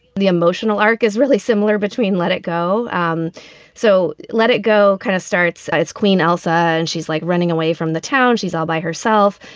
the emotional arc is really similar between let it go. um so let it go. kind of starts ah it's queen elsa and she's like running away from the town she's all by herself.